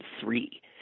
three